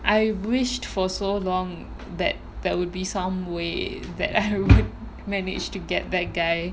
I wished for so long that there would be some way that I would managed to get that guy